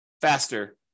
faster